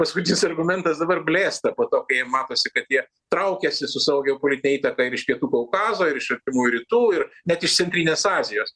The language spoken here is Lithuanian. paskutinis argumentas dabar blėsta po to kai matosi kad jie traukiasi su savo geopolitine įtaka ir iš pietų kaukazo ir iš artimųjų rytų ir net iš centrinės azijos